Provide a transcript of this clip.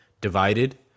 divided